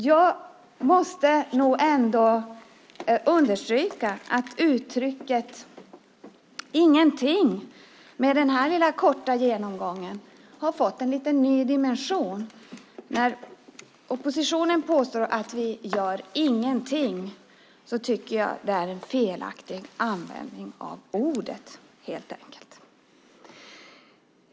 Jag måste understryka att ordet "ingenting" med denna korta genomgång har fått en ny dimension. När oppositionen påstår att vi gör ingenting tycker jag att det är en felaktig användning av ordet.